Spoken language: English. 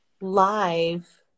live